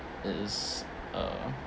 that is uh